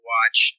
Watch